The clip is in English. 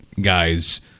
guys